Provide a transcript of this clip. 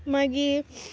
मागीर